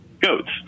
goats